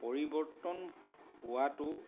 পৰিৱৰ্তন হোৱাটো